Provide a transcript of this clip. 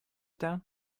down